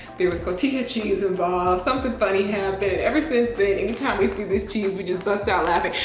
there was cotija cheese involved, something funny happened ever since then, anytime we see this cheese, we just burst out laughing.